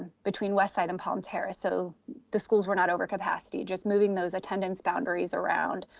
between west side and palm terrace so the schools were not over capacity, just moving those attendance boundaries around